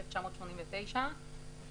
1989,